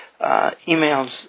Emails